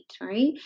right